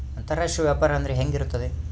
ಅಂತರಾಷ್ಟ್ರೇಯ ವ್ಯಾಪಾರ ಅಂದರೆ ಹೆಂಗೆ ಇರುತ್ತದೆ?